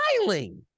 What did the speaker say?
smiling